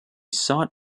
sought